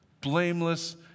blameless